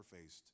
faced